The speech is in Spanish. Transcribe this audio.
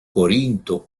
corinto